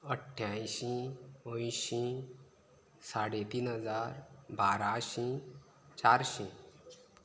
अठ्ठ्यांयशीं अंयशीं साडे तीन हजार बाराशीं चारशीं